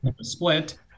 split